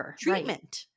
treatment